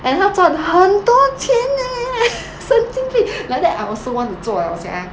and 她赚很多钱 leh 神经病 like that I also want to 做 liao sia